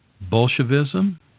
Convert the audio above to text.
Bolshevism